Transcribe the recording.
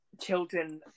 children